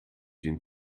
den